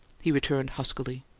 he returned, huskily,